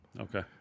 Okay